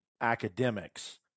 academics